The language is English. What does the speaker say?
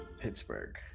pittsburgh